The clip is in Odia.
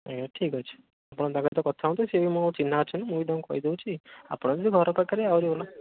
ଆଜ୍ଞା ଠିକ୍ଅଛି ଆପଣ ତାଙ୍କ ସହିତ କଥା ହୁଅନ୍ତୁ ସିଏ ବି ମୋ ଚିହ୍ନା ଅଛନ୍ତି ମୁଁ ବି ତାଙ୍କୁ କହିଦେଉଛି ଆପଣ ଯଦି ଘର ପାଖରେ ଆହୁରି ଭଲ